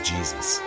Jesus